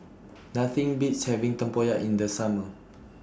Nothing Beats having Tempoyak in The Summer